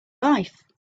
life